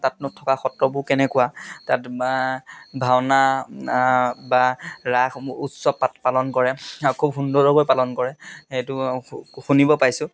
তাতনো নথকা সত্ৰবোৰ কেনেকুৱা তাত বা ভাওনা বা ৰাসসমূহ উৎসৱ পাত পালন কৰে খুব সুন্দৰভাৱে পালন কৰে সেইটো শুনিব পাইছোঁ